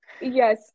Yes